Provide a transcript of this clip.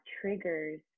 triggers